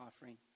offering